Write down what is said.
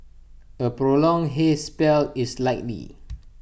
A prolonged haze spell is likely